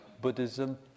Buddhism